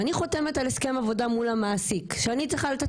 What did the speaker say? ואני חותמת על הסכם עבודה מול המעסיק שאני צריכה לתת